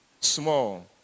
Small